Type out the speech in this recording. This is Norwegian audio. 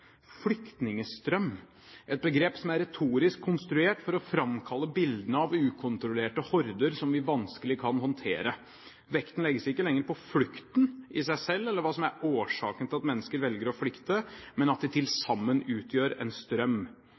– et begrep som er retorisk konstruert for å framkalle bildene av ukontrollerte horder som vi vanskelig kan håndtere. Vekten legges ikke lenger på flukten i seg selv eller hva som er årsaken til at mennesker velger å flykte, men at de til sammen utgjør en strøm.